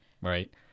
Right